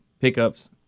pickups